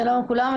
שלום לכולם.